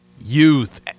youth